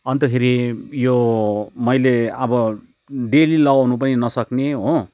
अन्तखेरि यो मैले अब डेली लाउनु पनि नसक्ने हो